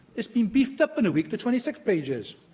it's been beefed up in a week to twenty six pages,